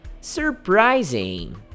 Surprising